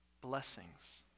blessings